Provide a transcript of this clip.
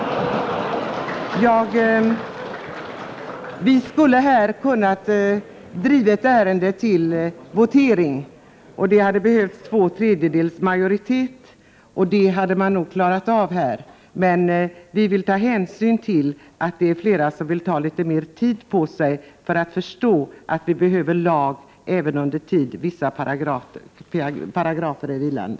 Vi skulle ha kunnat driva ärendet till votering, och för detta hade det krävts två tredjedels majoritet, vilket nog hade kunnat uppnås. Men vi vill ta hänsyn till att det är flera som vill ha mera tid på sig för att inse att vi behöver lag även under tiden vissa paragrafer är vilande.